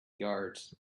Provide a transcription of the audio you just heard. guards